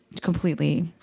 completely